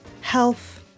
health